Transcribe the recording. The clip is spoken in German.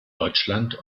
deutschland